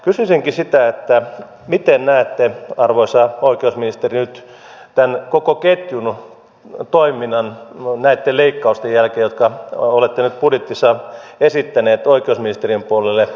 kysyisinkin sitä miten näette arvoisa oikeusministeri nyt tämän koko ketjun toiminnan näitten leikkausten jälkeen jotka olette nyt budjetissa esittäneet oikeusministeriön puolelle